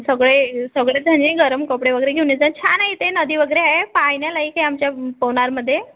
सगळे सगळे जणी गरम कपडे वगैरे घेऊन येजा छान आहे इथे नदी वगैरे आहे पाहण्यालायक आमच्या पोवनारमध्ये